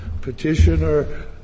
Petitioner